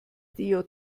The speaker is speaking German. djh